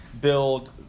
build